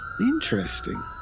interesting